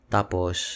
Tapos